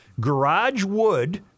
garagewood